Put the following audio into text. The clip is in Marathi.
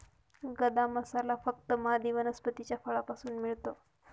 गदा मसाला फक्त मादी वनस्पतीच्या फळापासून मिळतो